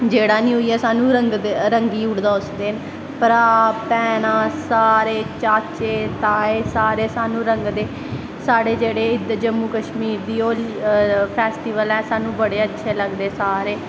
जेह्ड़ा नी उऐ स्हानू रंगी ओड़दा उस दिन भ्रा भैंनां सारे चाचे ताए सारे स्हानू रंगदे साढ़े जेह्ड़े इध्दर जम्मू कशमीर दा होली फैस्टिवल ऐ साह्नू बड़े अच्छे लगदे सारे